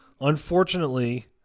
Unfortunately